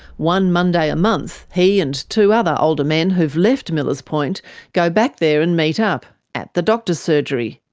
one monday a month, he and two other older men who have left millers point go back there, and meet up at the doctor's surgery.